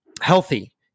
healthy